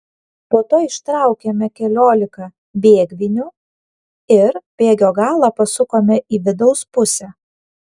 po to ištraukėme keliolika bėgvinių ir bėgio galą pasukome į vidaus pusę